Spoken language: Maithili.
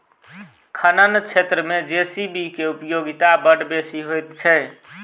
खनन क्षेत्र मे जे.सी.बी के उपयोगिता बड़ बेसी होइत छै